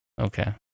Okay